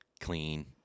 clean